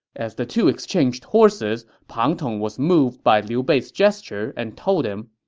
as the two exchanged horses, pang tong was moved by liu bei's gesture and told him,